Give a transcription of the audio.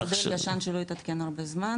מודל ישן שלא התעדכן הרבה זמן,